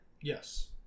Yes